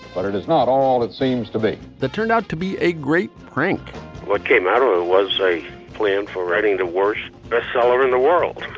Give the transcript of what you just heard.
but it is not all it seems to be that turned out to be a great prank what came out of it was a plan for writing the worst bestseller in the world